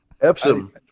Epsom